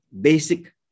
basic